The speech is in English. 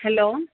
hello